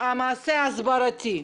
מעשה הסברתי.